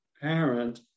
parent